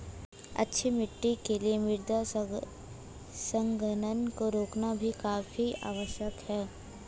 अच्छी मिट्टी के लिए मृदा संघनन को रोकना भी काफी आवश्यक है